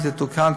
היא תתוקן,